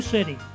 City